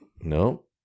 No